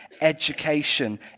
education